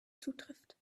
zutrifft